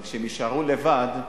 אבל כשהם יישארו לבד,